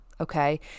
okay